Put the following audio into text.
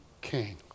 king